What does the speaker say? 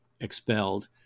expelled